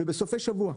ובסופי שבוע.